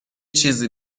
چیزی